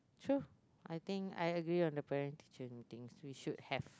true I think I agree on the parent teacher meetings we should have